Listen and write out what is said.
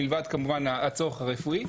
מלבד כמובן הצורך הרפואי.